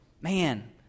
Man